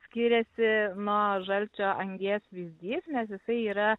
skiriasi nuo žalčio angies vyzdys nes jisai yra